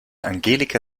angelika